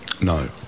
No